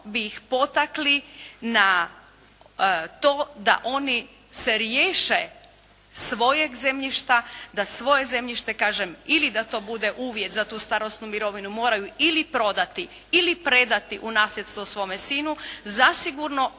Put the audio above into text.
bi ih potakli na to da oni se riješe svojeg zemljišta, da svoje zemljište, kažem, ili da to bude uvjet za tu starosnu mirovinu, moraj ili prodati ili predati u nasljedstvo svome sinu, zasigurno